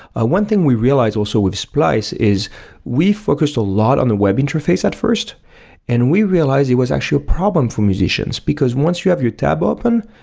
ah one thing we realized also with splice is we focused a lot on the web interface at first and we realized it was actually a problem for musicians, because once you have your tab open,